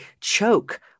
choke